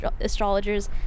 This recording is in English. astrologers